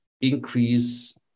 increase